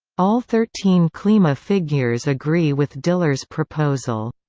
all thirteen clima figures agree with diller's proposal.